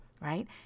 right